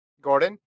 Gordon